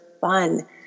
fun